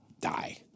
die